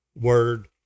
word